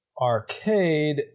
Arcade